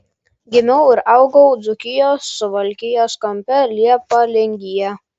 gimiau ir augau dzūkijos suvalkijos kampe leipalingyje